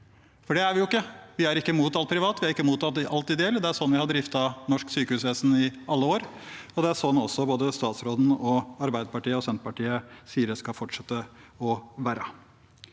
Det er vi ikke – vi er ikke mot alt privat, vi er ikke mot alt ideelt. Det er sånn vi har driftet norsk sykehusvesen i alle år, og det er sånn også både statsråden, Arbeiderpartiet og Senterpartiet sier det skal fortsette å være.